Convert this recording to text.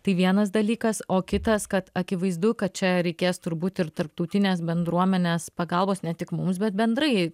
tai vienas dalykas o kitas kad akivaizdu kad čia reikės turbūt ir tarptautinės bendruomenės pagalbos ne tik mums bet bendrai